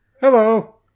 Hello